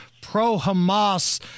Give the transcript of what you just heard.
pro-Hamas